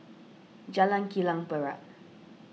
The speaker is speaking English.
Jalan Kilang Barat